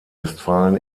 westfalen